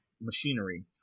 machinery